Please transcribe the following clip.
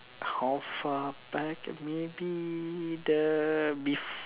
how far back maybe the bef~